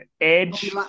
edge